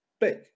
big